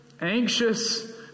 anxious